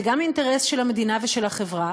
זה גם אינטרס של המדינה ושל החברה,